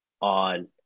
on